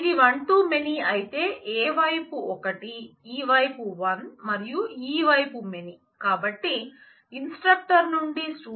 ఇది one two many